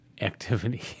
activity